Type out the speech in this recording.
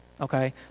okay